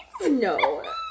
No